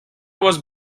was